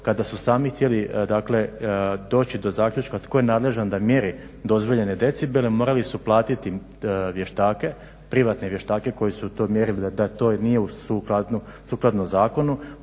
kada su sami htjeli, dakle doći do zaključka tko je nadležan da mjeri dozvoljene decibele morali su platiti vještake, privatne vještake koji su to mjerili da to nije sukladno zakonu,